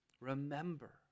Remember